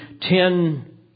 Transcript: ten